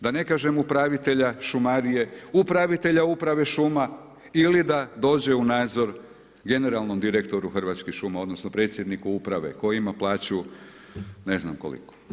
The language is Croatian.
Da ne kažem upravitelja šumarije, upravitelja uprave šuma ili da dođe u nadzor generalnom direktoru Hrvatskih šuma, odnosno predsjedniku uprave koji ima plaću ne znam koliku.